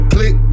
Click